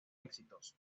exitoso